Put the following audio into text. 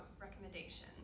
recommendations